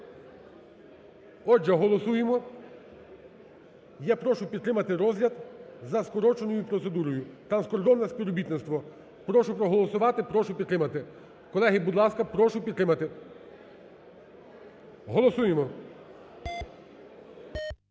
Отже, голосуємо, і я прошу підтримати розгляд за скороченою процедурою, транскордонне співробітництво. Прошу проголосувати, прошу підтримати. Колеги, будь ласка, прошу підтримати, голосуємо.